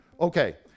Okay